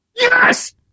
yes